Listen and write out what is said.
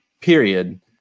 period